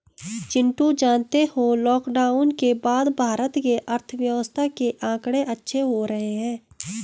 चिंटू जानते हो लॉकडाउन के बाद भारत के अर्थव्यवस्था के आंकड़े अच्छे हो रहे हैं